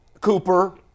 Cooper